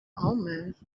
omens